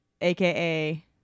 aka